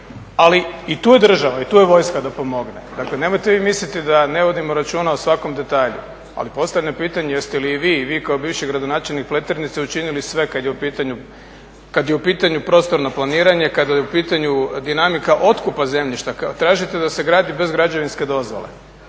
ali i tu je država i tu je vojska da pomogne. Dakle nemojte vi misliti da ne vodimo računa o svakom detalju, ali postavljam pitanje jeste li i vi i kao bivši gradonačelnik Pleternice učinili sve kada je u pitanju prostorno planiranje, kada je u pitanju dinamika otkupa zemljišta. Tražite da se gradi bez građevinske dozvole,